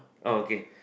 oh okay